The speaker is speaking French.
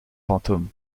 fantôme